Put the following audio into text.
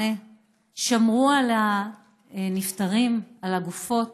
שומרי המחנה שמרו על הנפטרים, על הגופות.